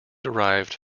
derived